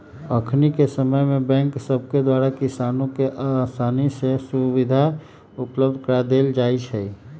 अखनिके समय में बैंक सभके द्वारा किसानों के असानी से सुभीधा उपलब्ध करा देल जाइ छइ